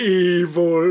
evil